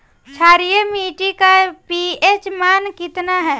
क्षारीय मीट्टी का पी.एच मान कितना ह?